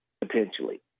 potentially